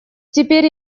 теперь